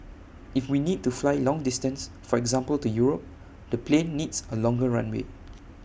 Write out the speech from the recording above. if we need to fly long distance for example to Europe the plane needs A longer runway